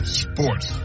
sports